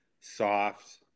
soft